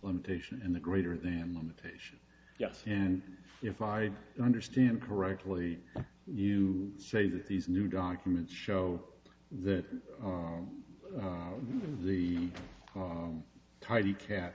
limitation and the greater than limitation yes and if i understand correctly you say that these new documents show that the tidy cat